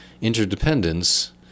interdependence